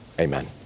Amen